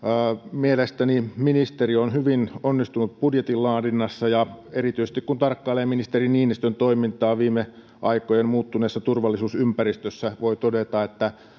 mielestäni ministeriö on hyvin onnistunut budjetin laadinnassa ja erityisesti kun tarkkailee ministeri niinistön toimintaa viime aikojen muuttuneessa turvallisuusympäristössä voi todeta että